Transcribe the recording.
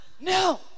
No